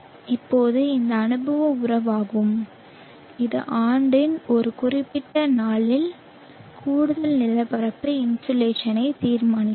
இப்போது இது அனுபவ உறவாகும் இது ஆண்டின் ஒரு குறிப்பிட்ட நாளில் கூடுதல் நிலப்பரப்பு இன்சோலேஷனை தீர்மானிக்கும்